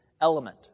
element